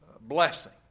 blessing